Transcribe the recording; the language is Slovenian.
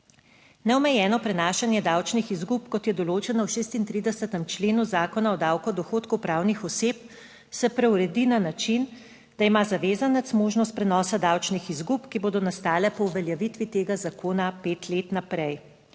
Neomejeno prenašanje davčnih izgub, kot je določeno v 36. členu Zakona o davku od dohodkov pravnih oseb, se preuredi na način, da ima zavezanec možnost prenosa davčnih izgub, ki bodo nastale po uveljavitvi tega zakona pet let naprej.